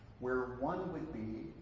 where one would be,